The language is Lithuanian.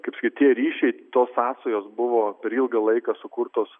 kaip sakyt tie ryšiai tos sąsajos buvo per ilgą laiką sukurtos